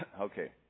Okay